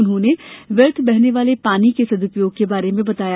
उन्होंने व्यर्थ बहने वाले पानी के सद्दपयोग के बारे में बताया